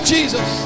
Jesus